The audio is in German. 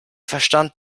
verstand